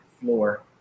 floor